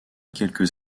quelques